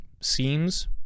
seems